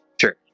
sure